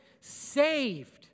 saved